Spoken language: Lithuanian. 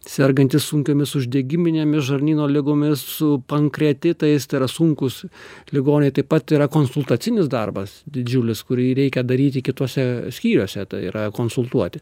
sergantys sunkiomis uždegiminėmis žarnyno ligomis su pankreatitais tai yra sunkūs ligoniai taip pat yra konsultacinis darbas didžiulis kurį reikia daryti kituose skyriuose tai yra konsultuoti